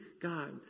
God